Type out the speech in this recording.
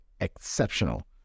exceptional